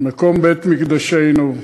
מקום בית-מקדשנו,